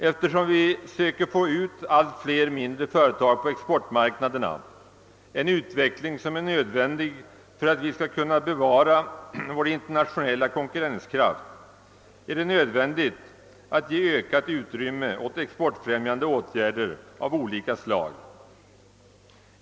Eftersom vi försöker få ut allt fler mindre företag på exportmarknaderna — en utveckling som är nödvändig för att vi skall kunna bevara vår internationella konkurrenskraft — är det nödvändigt att ge ökat utrymme åt exportfrämjande åtgärder av olika slag.